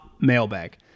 mailbag